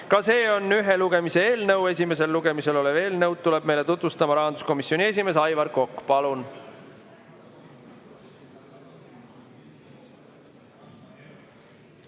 Ka see on ühe lugemise eelnõu. Esimesel lugemisel olevat eelnõu tuleb meile tutvustama rahanduskomisjoni esimees Aivar Kokk. Palun!